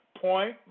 point